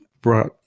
brought